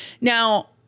Now